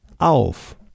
auf